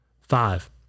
Five